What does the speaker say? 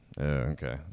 Okay